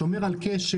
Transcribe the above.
שומר על קשר,